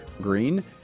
Green